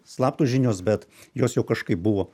slaptos žinios bet jos jau kažkaip buvo